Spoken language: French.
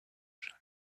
chalon